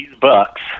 bucks